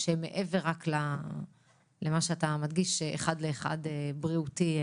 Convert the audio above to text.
שמעבר רק למה שאתה מדגיש אחד לאחד, בריאותי.